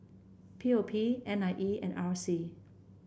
P O P N I E and R C